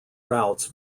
routes